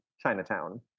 Chinatown